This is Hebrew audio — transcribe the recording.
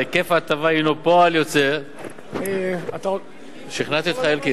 היקף ההטבה הינו פועל יוצא, שכנעתי אותך, אלקין?